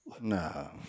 No